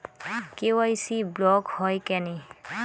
KYC block হয় কেনে?